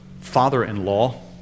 father-in-law